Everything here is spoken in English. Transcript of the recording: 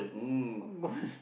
mm